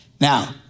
Now